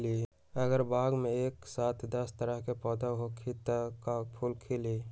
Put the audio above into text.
अगर बाग मे एक साथ दस तरह के पौधा होखि त का फुल खिली?